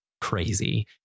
Crazy